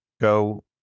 go